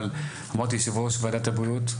אבל אמרתי יושב-ראש ועדת הבריאות.